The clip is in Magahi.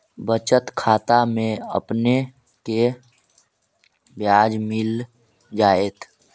बचत खाता में आपने के ब्याज मिल जाएत